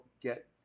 get